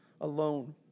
alone